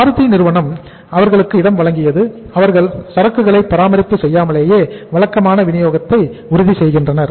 மாருதி நிறுவனம் அவர்களுக்கு இடம் வழங்கியது அவர்கள் சரக்குகளை பராமரிப்பு செய்யாமலேயே வழக்கமான விநியோகத்தை உறுதி செய்கின்றனர்